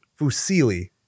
Fusili